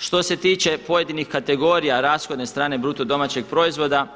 Što se tiče pojedinih kategorija rashodne strane BDP-a